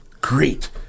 great